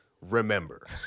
Remember